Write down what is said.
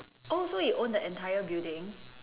oh so you own the entire building